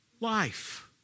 life